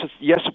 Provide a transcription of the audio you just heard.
yes